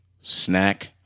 snack